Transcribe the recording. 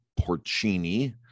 porcini